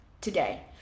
today